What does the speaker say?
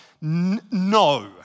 no